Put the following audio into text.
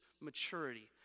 maturity